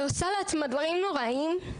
ועושה לעצמה דברים נוראיים.